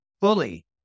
fully